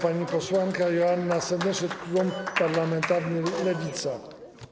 Pani posłanka Joanna Senyszyn, klub parlamentarny Lewica.